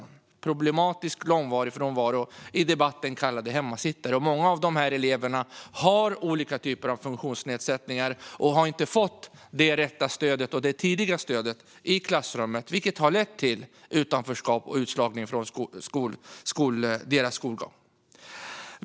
Det gäller de elever med problematisk långvarig frånvaro, i debatten kallade hemmasittare. Många av de eleverna har olika typer av funktionsnedsättningar. De har inte fått det rätta och tidiga stödet i klassrummet, vilket har lett till utanförskap och utslagning från deras skolgång.